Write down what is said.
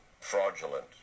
fraudulent